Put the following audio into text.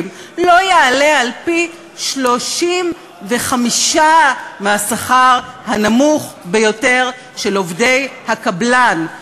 לא יעלה על פי-35 מהשכר הנמוך ביותר של עובדי הקבלן.